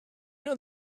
know